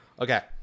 Okay